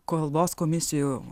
kalbos komisijų